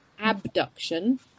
abduction